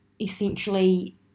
essentially